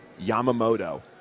Yamamoto